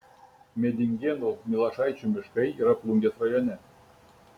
medingėnų milašaičių miškai yra plungės rajone